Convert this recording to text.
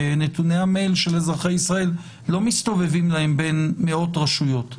נתוני המייל של אזרחי ישראל לא מסתובבים להם במאות רשויות.